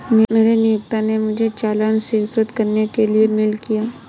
मेरे नियोक्ता ने मुझे चालान स्वीकृत करने के लिए मेल किया